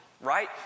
right